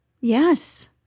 Yes